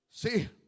See